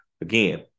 again